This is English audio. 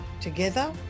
Together